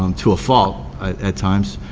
um to a fault at times,